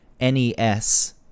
NES